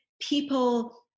people